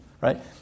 right